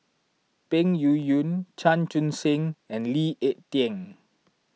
Peng Yuyun Chan Chun Sing and Lee Ek Tieng